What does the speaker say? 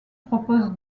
propose